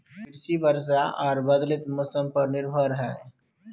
कृषि वर्षा आर बदलयत मौसम पर निर्भर हय